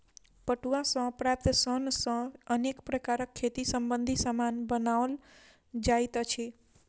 पटुआ सॅ प्राप्त सन सॅ अनेक प्रकारक खेती संबंधी सामान बनओल जाइत अछि